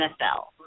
NFL